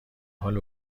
حال